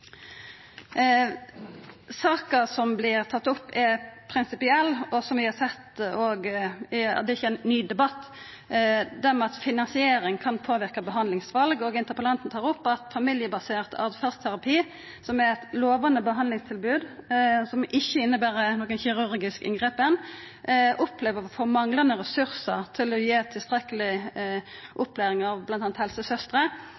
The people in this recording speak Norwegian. Saka som vert tatt opp, er prinsipiell, og – som vi òg har sett – det er ikkje ein ny debatt, det med at finansiering kan påverka behandlingsval. Interpellanten tar opp at ein innan familiebasert åtferdsterapi, som er eit lovande behandlingstilbod, og som ikkje inneber noko kirurgisk inngrep, opplever mangel på ressursar til å gi tilstrekkeleg